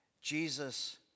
Jesus